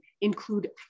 include